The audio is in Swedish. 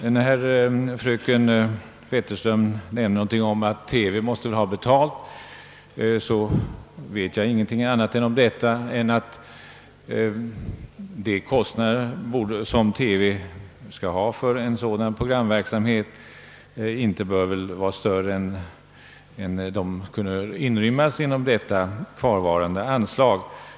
Då fröken Wetterström sade någonting om att TV väl måste ha betalt för sin medverkan vill jag framhålla, att jag inte vet annat härom än att den ersättning, som TV skall ha för en sådan programverksamhet, inte gärna bör bli större än den kan täckas av det kvarvarande anslaget.